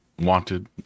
Wanted